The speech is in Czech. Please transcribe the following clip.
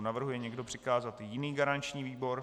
Navrhuje někdo přikázat jiný garanční výbor?